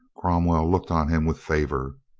cromwell looked on him with favor.